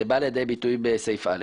בא לידי ביטוי בסעיף א,